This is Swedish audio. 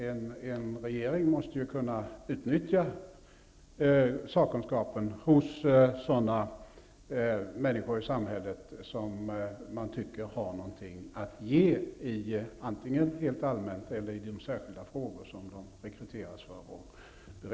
En regering måste ju kunna utnyttja sakkunskapen hos människor som man tycker har någonting att ge, rent allmänt eller i speciella frågor som de rekryteras för.